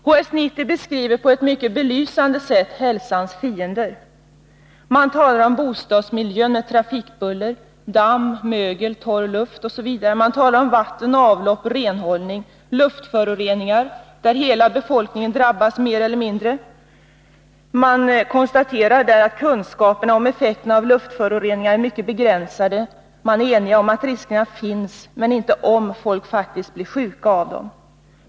HS-90 beskriver på ett mycket belysande sätt hälsans fiender. Man talar om bostadsmiljön med trafikbuller, damm, mögel, torr luft osv. Man talar om vatten, avlopp, renhållning, luftföroreningar där hela befolkningen drabbas mer eller mindre. Man konstaterar att kunskaperna om effekterna av luftföroreningarna är mycket begränsade. Man är överens om att riskerna finns men inte om huruvida folk faktiskt blir sjuka av luftföroreningarna.